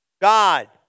God